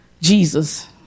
Jesus